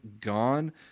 gone